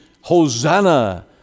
Hosanna